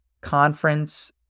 conference